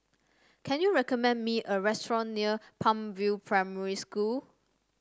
can you recommend me a restaurant near Palm View Primary School